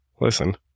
listen